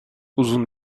uzun